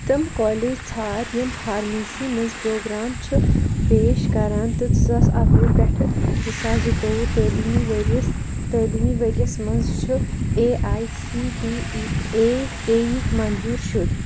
تِم کالیج ژھار یِم فارمیسی منٛز پرٛوگرام چھِ پیش کران تہٕ زٕ ساس اَکہٕ وُہ پؠٹھِ زٕ ساس زٕتووُہ تعٲلیٖمی ؤرِیَس تعٲلیٖمی ؤرِیَس منٛز چھُ A I C T E اے اے یِکۍ منظوٗر شُد